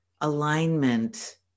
alignment